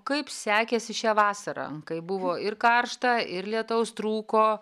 kaip sekėsi šią vasarą kai buvo ir karšta ir lietaus trūko